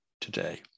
today